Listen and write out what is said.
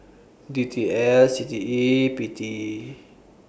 D T L C T E P T